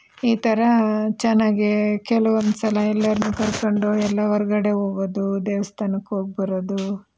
ಈ ಥರ ಚೆನ್ನಾಗೇ ಕೆಲವೊಂದು ಸಲ ಎಲ್ಲರನ್ನೂ ಕರ್ಕೊಂಡು ಎಲ್ಲೊ ಹೊರಗಡೆ ಹೋಗೋದು ದೇವಸ್ಥಾನಕ್ಕೆ ಹೋಗಿ ಬರೋದು